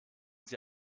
sie